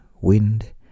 wind